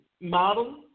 model